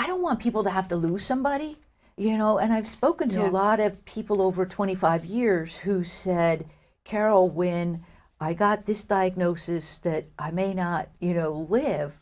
i don't want people to have to lose somebody you know and i've spoken to a lot of people over twenty five years who said carol when i got this diagnosis that i may not you know live